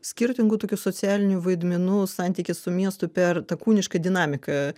skirtingų tokių socialinių vaidmenų santykis su miestu per tą kūnišką dinamiką